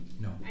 No